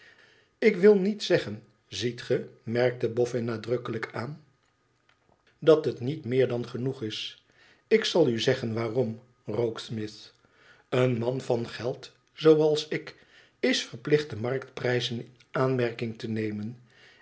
ik wil niet zeggen ziet ge merkte bofïin nadrukkelijk aan tdat het niet meer dan genoeg is ik zal u zeggen waarom rokesmith een man van geld zooals ik is verplicht de marktprijzen in aanmerking te nemen